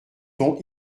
ton